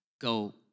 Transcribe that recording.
go